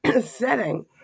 setting